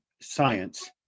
science